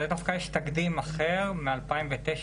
אבל דווקא יש תקדים אחר מ-2009,